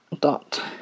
DOT